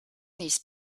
these